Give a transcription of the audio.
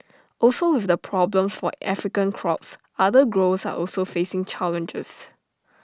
also with the problems for African crops other growers are also facing challenges